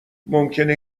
ممکنه